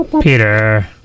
Peter